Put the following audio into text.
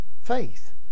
faith